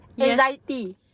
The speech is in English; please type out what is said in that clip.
Anxiety